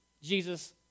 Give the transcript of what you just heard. Jesus